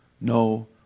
no